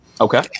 okay